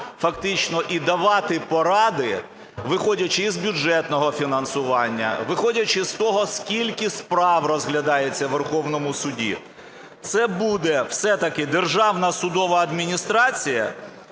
фактично і давати поради, виходячи із бюджетного фінансування, виходячи з того, скільки справ розглядається у Верховному суді? Це буде все-таки Державна судова адміністрація